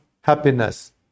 happiness